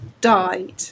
died